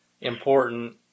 important